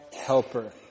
helper